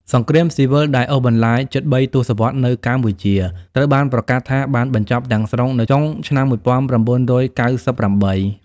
សង្គ្រាមស៊ីវិលដែលអូសបន្លាយជិត ៣ ទសវត្សរ៍នៅកម្ពុជា ត្រូវបានប្រកាសថាបានបញ្ចប់ទាំងស្រុងនៅចុងឆ្នាំ១៩៩៨។